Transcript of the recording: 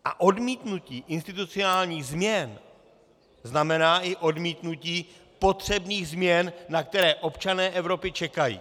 A odmítnutí institucionálních změn znamená i odmítnutí potřebných změn, na které občané Evropy čekají.